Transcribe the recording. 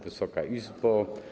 Wysoka Izbo!